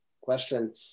question